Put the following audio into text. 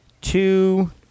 Two